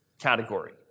category